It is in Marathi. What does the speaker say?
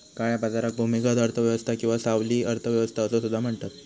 काळ्या बाजाराक भूमिगत अर्थ व्यवस्था किंवा सावली अर्थ व्यवस्था असो सुद्धा म्हणतत